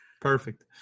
Perfect